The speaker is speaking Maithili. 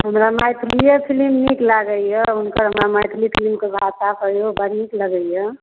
हमरा मैथिलिए फिलिम नीक लागैया हुनकर हमरा मैथिली फिलिमके भाषा बड़ नीक लागैया